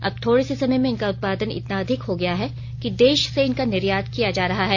अब थोड़े से समय में इनका उत्पादन इतना अधिक हो गया है कि देश से इनका निर्यात किया जा रहा है